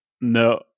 No